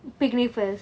picnic first